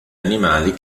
animali